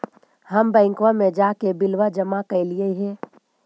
हम बैंकवा मे जाके बिलवा जमा कैलिऐ हे?